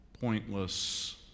pointless